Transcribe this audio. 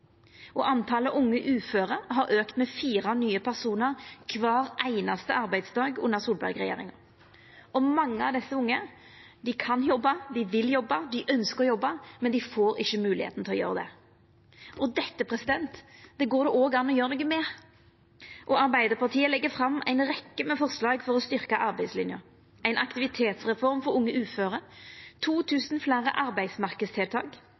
og talet på unge uføre har auka med fire nye personar kvar einaste arbeidsdag under Solberg-regjeringa. Mange av desse unge kan jobba, dei vil jobba, dei ynskjer å jobba, men dei får ikkje moglegheita til å gjera det. Dette går det òg an å gjera noko med. Arbeidarpartiet legg fram ei rekkje forslag for å styrkja arbeidslinja: ein aktivitetsreform for unge uføre 2 000 fleire arbeidsmarknadstiltak